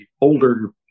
older